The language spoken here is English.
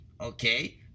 Okay